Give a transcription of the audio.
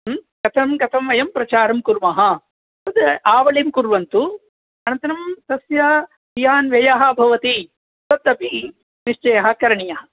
कथं कथं वयं प्रचारं कुर्मः तद् आवऴिं कुर्वन्तु अनन्तरं तस्य कियान् व्ययः भवति तदपि निश्चयः करणीयः